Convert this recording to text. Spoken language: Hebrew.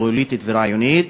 פוליטית ורעיונית,